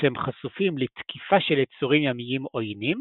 כשהם חשופים לתקיפה של יצורים ימיים עוינים